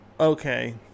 Okay